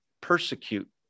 persecute